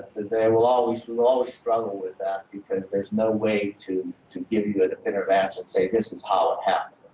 they will always will always struggle with that because there is no way to to give you a kind of and and say this is how it happened.